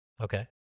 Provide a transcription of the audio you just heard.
Okay